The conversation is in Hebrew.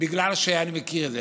בגלל שאני מכיר את זה.